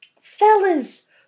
fellas